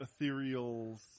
ethereals